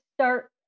start